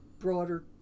broader